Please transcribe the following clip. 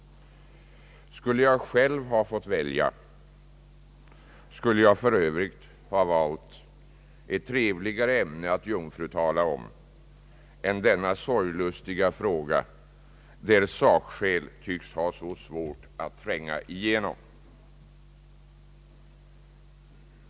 Skulle jag själv ha fått välja, skulle jag för övrigt ha valt ett trevligare ämne att jungfrutala om än denna sorglustiga fråga, där sakskäl tycks ha så svårt att tränga igenom.